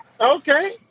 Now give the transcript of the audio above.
Okay